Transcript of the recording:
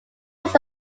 was